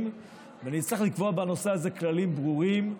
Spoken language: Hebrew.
ונצטרך לקבוע בנושא הזה כללים ברורים.